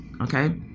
okay